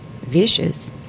vicious